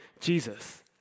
Jesus